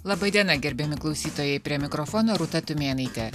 laba diena gerbiami klausytojai prie mikrofono rūta tumėnaitė